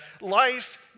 Life